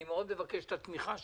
אני מאוד מבקש את התמיכה שלכם,